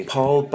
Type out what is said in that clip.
Paul